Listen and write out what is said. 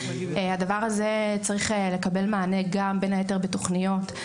הדבר הזה צריך לקבל מענה גם בין היתר בתוכניות,